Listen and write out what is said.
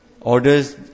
orders